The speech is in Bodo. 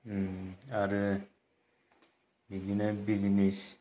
आमफ्राय आरो बिदिनो बिजिनेस